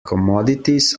commodities